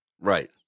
Right